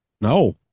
no